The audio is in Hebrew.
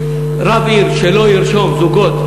רב עיר שלא ירשום זוגות,